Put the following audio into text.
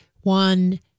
one